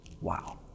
wow